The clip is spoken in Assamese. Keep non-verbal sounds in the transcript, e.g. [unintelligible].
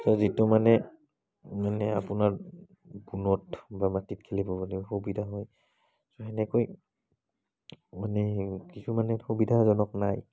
ছ' যিটো মানে মানে আপোনাৰ [unintelligible] বা মাটিত খেলিবলৈ সুবিধা হয় ছ' সেনেকৈ মানে কিছুমানত সুবিধাজনক নাই